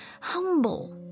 humble